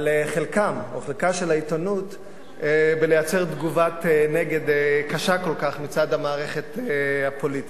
על חלקה של העיתונות בלייצר תגובת נגד קשה כל כך מצד המערכת הפוליטית.